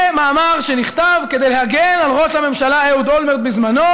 זה מאמר שנכתב כדי להגן על ראש הממשלה אהוד אולמרט בזמנו